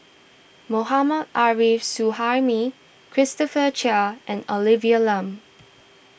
Mohammad Arif Suhaimi Christopher Chia and Olivia Lum